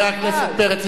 חבר הכנסת פרץ,